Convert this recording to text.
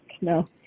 no